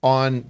on